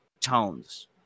tones